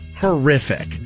Horrific